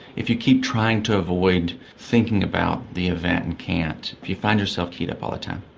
if you keep trying to avoid thinking about the event and can't, if you find yourself keyed up all the time,